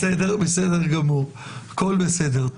בסדר, בסדר גמור הכל בסדר.